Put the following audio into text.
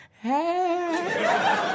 hey